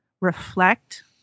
reflect